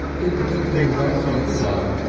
didn't think of inviting any one,